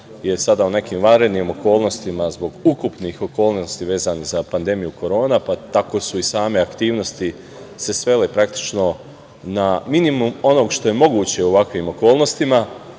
je sada u nekim vanrednim okolnostima zbog ukupnih okolnosti vezanih za pandemiju korona, pa tako su i same aktivnosti se svele na minimum, ono što je moguće u ovakvim okolnostima.